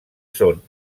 són